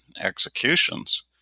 executions